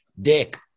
dick